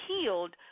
healed